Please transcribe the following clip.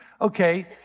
okay